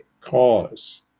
cause